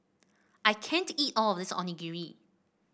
I can't eat all of this Onigiri